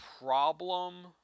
problem